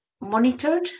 monitored